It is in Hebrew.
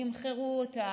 תמחרו אותה,